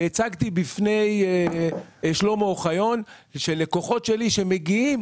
הצגתי בפני שלמה אוחיון מקרים של לקוחות שלי שמגיעים,